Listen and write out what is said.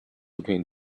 between